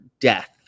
death